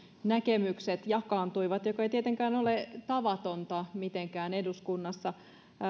näkemykset jakaantuivat mikä ei tietenkään ole mitenkään tavatonta eduskunnassa